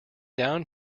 down